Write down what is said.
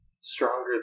stronger